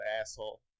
asshole